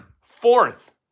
fourth